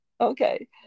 Okay